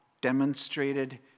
demonstrated